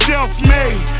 Self-made